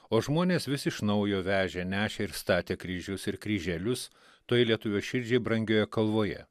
o žmonės vis iš naujo vežė nešė ir statė kryžius ir kryželius toj lietuvio širdžiai brangioje kalvoje